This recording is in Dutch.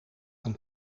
een